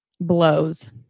Blows